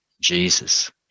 Jesus